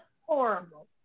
horrible